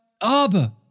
Abba